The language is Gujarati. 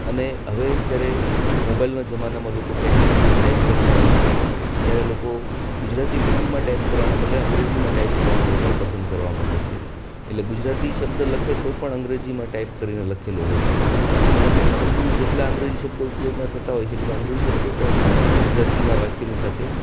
અને હવે જ્યારે મોબાઇલના જમાનામાં લોકો ટેક્સ મેસેજ ટાઈપ કરતા હોય છે ત્યારે લોકો ગુજરાતી લિપિમાં ટાઈપ કરવાના બદલે અંગ્રેજીમાં ટાઈપ કરવાનું વધારે પસંદ કરવા મંડે છે એટલે ગુજરાતી શબ્દ લખે તો પણ અંગ્રેજીમાં ટાઈપ કરીને લખેલો હોય છે અને સીધું જેટલા અંગ્રેજી શબ્દો ઉપયોગમાં થતાં હોય છે એ બધા અંગ્રેજી શબ્દો પણ ગુજરાતીના વાક્યની સાથે